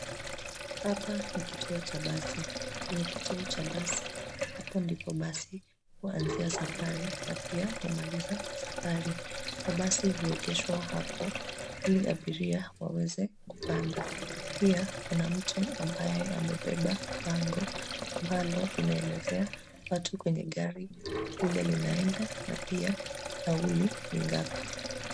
Hapa ni kituo cha basi. Kwenye kituo cha basi hapo ndipo basi huanzia safari na pia humaliza safari. Mabasi huegeshwa hapo ili abiria waweze kupanda. Pia kuna mtu ambaye amebeba bango ambalo linalezea watu kwenye gari lile linaenda na pia nauli ni ngapi.